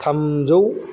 थामजौ